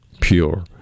pure